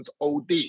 OD